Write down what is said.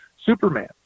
Superman